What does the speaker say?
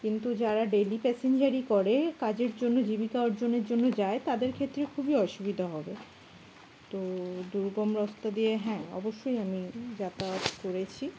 কিন্তু যারা ডেইলি প্যাসেঞ্জারই করে কাজের জন্য জীবিকা অর্জনের জন্য যায় তাদের ক্ষেত্রে খুবই অসুবিধা হবে তো দুর্গম রস্তা দিয়ে হ্যাঁ অবশ্যই আমি যাতায়াত করেছি